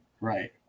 right